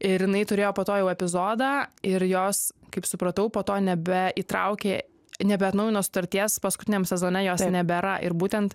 ir jinai turėjo po to jau epizodą ir jos kaip supratau po to nebeįtraukė nebeatnaujino sutarties paskutiniam sezone jos nebėra ir būtent